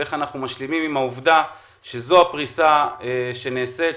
ואיך אנחנו משלימים עם העובדה שזו הפריסה שנעשית.